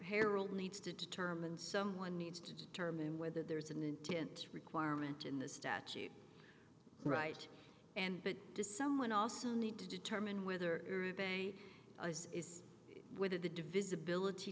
harold needs to determine someone needs to determine whether there's an intent requirement in the statute right and but to someone also need to determine whether a is whether the divisibility